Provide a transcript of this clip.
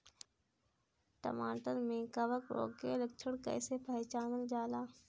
टमाटर मे कवक रोग के लक्षण कइसे पहचानल जाला?